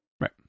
right